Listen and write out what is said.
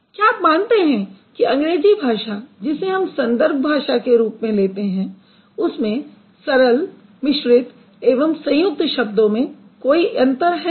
क्या आप मानते हैं कि अंग्रेज़ी भाषा जिसे हम संदर्भ भाषा के रूप में लेते हैं उसमें सरल मिश्रित एवं संयुक्त शब्दों में कोई अंतर है